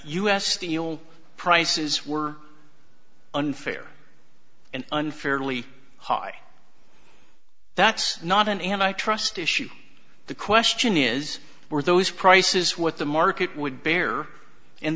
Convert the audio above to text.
s steel prices were unfair and unfairly high that's not an antitrust issues the question is were those prices what the market would bear and